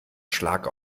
schlag